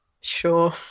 sure